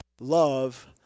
love